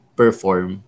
perform